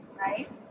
right